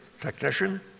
technician